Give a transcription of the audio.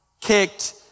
kicked